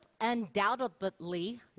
Undoubtedly